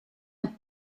een